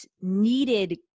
needed